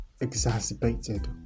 exacerbated